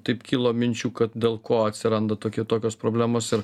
taip kilo minčių kad dėl ko atsiranda tokia tokios problemos ir